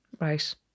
right